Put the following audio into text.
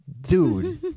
dude